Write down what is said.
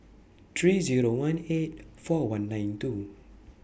three Zero one eight four one nine two